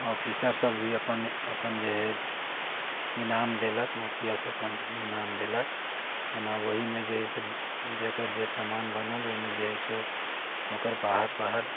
ऑफिसरसभ भी अपन अपन जे हइ इनाम देलक मुखिया सरपञ्च भी इनाम देलक हइ ने ओहिमे जे हइ से जकर जे सामान बनल ओहिमे जे हइ से ओकर बाहर बाहर